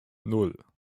nan